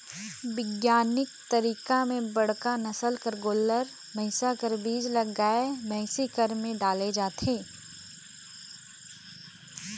बिग्यानिक तरीका में बड़का नसल कर गोल्लर, भइसा कर बीज ल गाय, भइसी कर में डाले जाथे